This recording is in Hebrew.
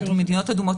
במדינות אדומות